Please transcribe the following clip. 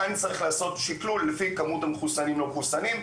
כאן נצטרך לעשות שקלול לפי כמות המחוסנים והלא מחסונים.